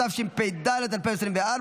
התשפ"ד 2024,